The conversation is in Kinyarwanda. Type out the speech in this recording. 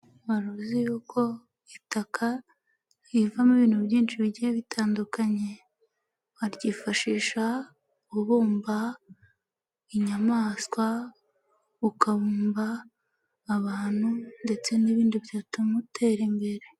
Wari uzi yuko itaka rivamo ibintu byinshi bigiye bitandukanye, waryifashisha ubumba inyamaswa, ukabumba abantu, ndetse n'ibindi byatuma utera imbere.